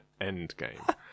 Endgame